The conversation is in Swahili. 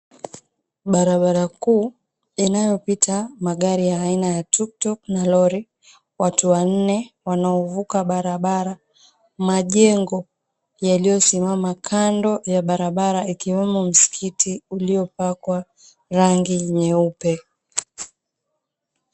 Barabara kuu, inayopita magari aina ya tuktuk na lori, watu wanne wanaovuka barabara. Majengo, yaliyosimama kando ya barabara, ikiwemo msikiti uliopakwa rangi nyeupe.